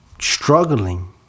struggling